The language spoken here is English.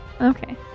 Okay